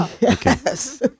Yes